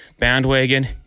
bandwagon